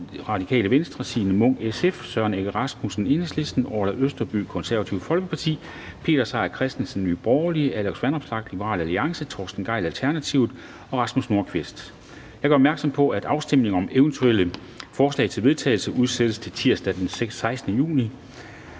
Jeg gør opmærksom på, at afstemning om eventuelle forslag til vedtagelse udsættes til tirsdag den 16. juni